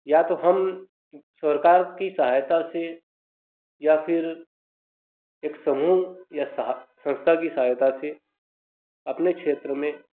या तो हम सरकार की सहायता से या फिर एक समूह या साह संस्था की सहायता से अपने क्षेत्र में